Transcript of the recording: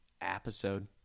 Episode